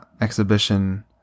exhibition